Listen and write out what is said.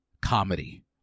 comedy